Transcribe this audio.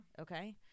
okay